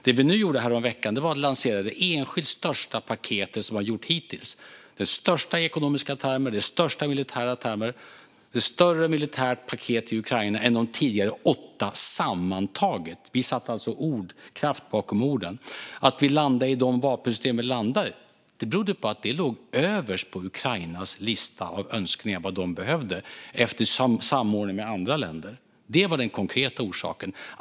Det vi gjorde häromveckan var att lansera det enskilt största paketet hittills, det största i ekonomiska termer och militära termer. Det är ett större militärt paket till Ukraina än de tidigare åtta sammantaget. Vi satte alltså kraft bakom orden. Att vi landade i de vapensystemen berodde på att de låg överst på Ukrainas lista av önskemål om vad de behövde - efter samordning med andra länder. Det var den konkreta orsaken.